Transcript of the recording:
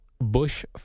Bush